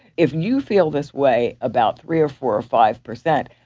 if you feel this way about three or four or five percent,